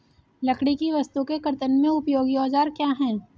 लकड़ी की वस्तु के कर्तन में उपयोगी औजार क्या हैं?